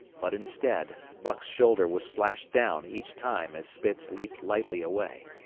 but instead, buck's shoulder was slashed down each time as spitz leaped lightly away.